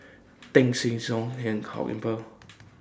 Teng San